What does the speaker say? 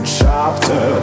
chapter